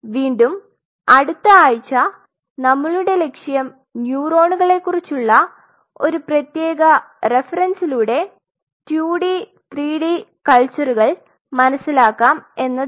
വീണ്ടും അടുത്ത ആഴ്ച നമ്മളുടെ ലക്ഷ്യം ന്യൂറോണുകളെക്കുറിച്ചുള്ള ഒരു പ്രത്യേക റഫറൻസിലൂടെ 2 D 3 D കൽച്ചറുകൾ മനസിലാകാം എന്നതാണ്